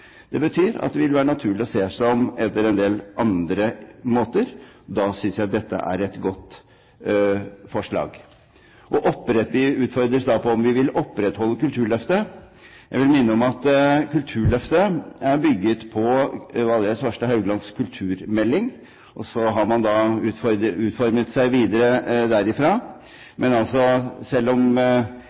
Det betyr at det vil være naturlig å se seg om etter en del andre måter. Da synes jeg dette er et godt forslag. Vi utfordres på om vi vil opprettholde Kulturløftet. Jeg vil minne om at Kulturløftet er bygd på Valgerd Svarstad Hauglands kulturmelding. Så har det utformet seg videre derfra. Men selv om